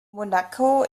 monaco